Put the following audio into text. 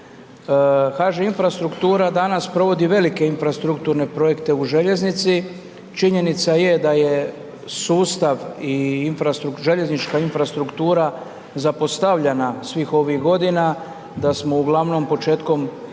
HŽ Infrastruktura danas provodi velike infrastrukturne projekte u željeznici, činjenica da je sustav i željeznička infrastruktura zapostavljena svih ovih godina, da smo uglavnom početkom ovog